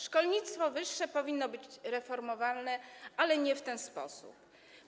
Szkolnictwo wyższe powinno być reformowane, ale nie w ten sposób.